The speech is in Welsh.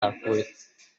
arglwydd